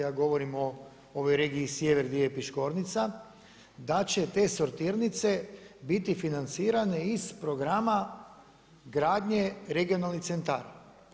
Ja govorim o ovoj regiji sjever gdje je Piškornica, da će te sortirnice biti financirane iz programa gradnje regionalnih centara.